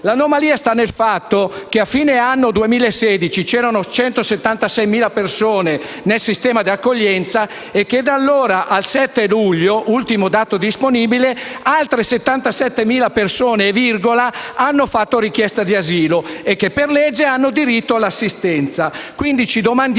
L'anomalia sta nel fatto che a fine anno 2016 c'erano 176.000 persone nel sistema di accoglienza e da allora al 7 luglio - ultimo dato disponibile - altre 77.000 persone circa hanno avanzato richiesta di asilo e per legge hanno diritto all'assistenza. Quindi, ci domandiamo